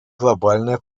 глобальное